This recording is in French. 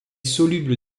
soluble